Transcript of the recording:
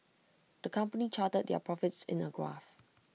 the company charted their profits in A graph